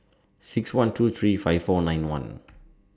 six one two three five four nine one